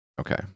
Okay